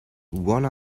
one